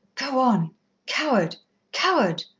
go on coward coward,